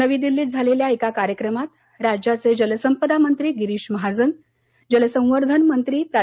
नवी दिल्लीत झालेल्या एक कार्यक्रमात राज्याचे जलसंपदा मंत्री गिरीष महाजन जलसंवर्धन मंत्री प्रा